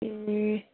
ए